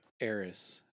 Eris